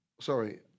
sorry